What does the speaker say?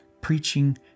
preaching